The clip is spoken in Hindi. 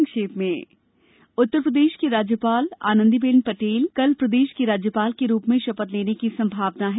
संक्षिप्त समाचार उत्तरप्रदेश की राज्यपाल आनन्दीबेन पटेल के कल प्रदेश की राज्यपाल के रूप में शपथ लेने की संभावना है